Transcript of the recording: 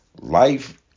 Life